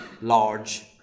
large